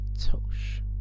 Tosh